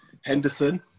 Henderson